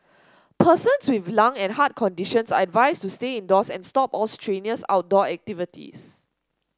persons with lung and heart conditions are advised to stay indoors and stop all strenuous outdoor activities